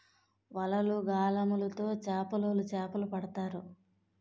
వలలు, గాలములు తో చేపలోలు చేపలు పడతారు